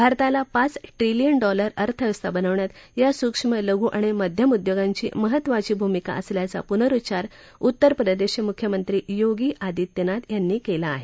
भारताला पाच trillion dollar अर्थव्यवस्था बनवण्यात या सूक्ष्म लघु आणि मध्यम उदयोगांची महत्त्वाची भूमिका असल्याचा पुनरुच्चार उत्तर प्रदेशचे मुख्यमंत्री योगी आदित्यनाथ यांनी केला आहे